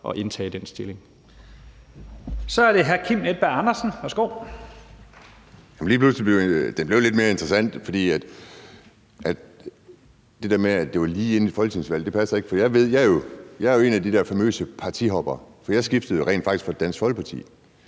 Andersen. Værsgo. Kl. 11:35 Kim Edberg Andersen (NB): Jamen det blev lige pludselig lidt mere interessant, for det der med, at det var lige inden et folketingsvalg, passer ikke. Jeg er jo en af de der famøse partihoppere, for jeg skiftede rent faktisk fra Dansk Folkeparti.